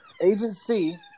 Agency